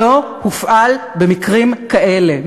לא הופעל במקרים כאלה,